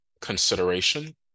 consideration